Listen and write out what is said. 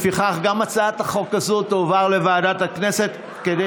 לפיכך, גם הצעת החוק הזאת תועבר לוועדת הכנסת כדי